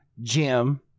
Jim